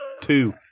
Two